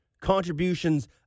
contributions